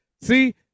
See